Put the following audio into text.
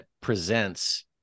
presents